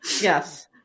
Yes